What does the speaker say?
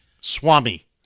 Swami